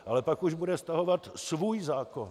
Ale pak už bude stahovat svůj zákon.